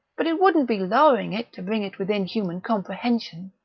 but it wouldn't be lowering it to bring it within human comprehension.